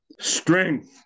Strength